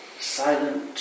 silent